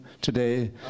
today